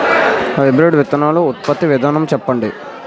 Hybrid విత్తనాలు ఉత్పత్తి విధానం చెప్పండి?